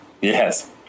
Yes